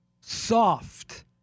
Soft